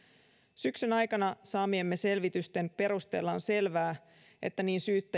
syksyn aikana saamiemme selvitysten perusteella on selvää että niin syyttäjien